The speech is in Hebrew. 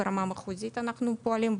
ברמה המחוזית אנחנו פועלים,